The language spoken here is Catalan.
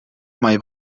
mai